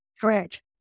Correct